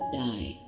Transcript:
die